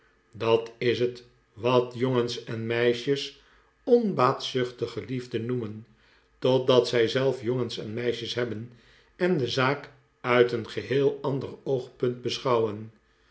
dat is het wat jongens en meisjes onbaatzuchtige liefde noemen totdat zij zelf jongens en meisjes hebben en de zaak uit een geheel ander oogpunt beschouwen